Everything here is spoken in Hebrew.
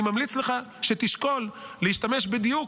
אני ממליץ לך שתשקול להשתמש בדיוק,